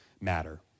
matter